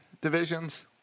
divisions